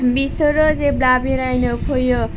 बिसोरो जेब्ला बेरायनो फैयो